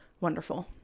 Wonderful